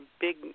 big